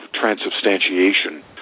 transubstantiation